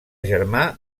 germà